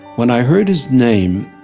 when i heard his name,